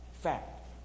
fact